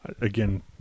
again